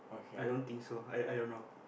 i don't think so I don't know